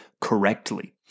correctly